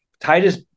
Titus